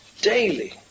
daily